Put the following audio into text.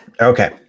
Okay